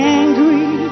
angry